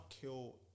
kill